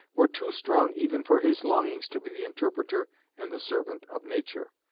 were too strong even for his longings to be the interpreter and the servant of nature.